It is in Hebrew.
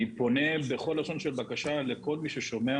אני פונה בכל לשון של בקשה לכל מי ששומע